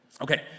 Okay